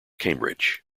cambridge